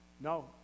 No